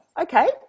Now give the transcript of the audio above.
okay